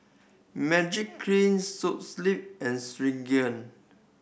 Magiclean So Sleep and